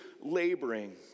laboring